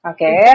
Okay